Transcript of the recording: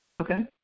Okay